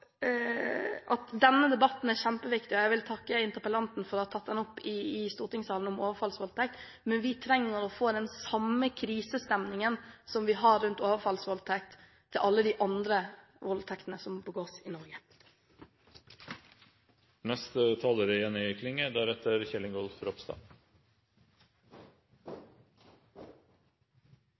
at denne debatten er kjempeviktig. Jeg vil takke interpellanten for å ha tatt opp overfallsvoldtekt i stortingssalen, men vi trenger å få den samme krisestemningen som vi har når det gjelder overfallsvoldtekt, for alle de andre voldtektene som begås i Norge. Det denne interpellasjonen tek opp, er